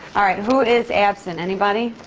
all right, who is absent? anybody?